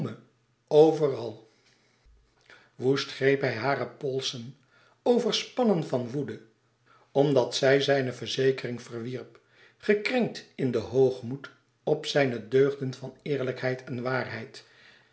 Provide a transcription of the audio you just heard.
overal woest greep hij hare polsen overspannen van woede omdat zij zijne verzekering verwierp gekrenkt in den hoogmoed op zijne deugden van eerlijkheid en waarheid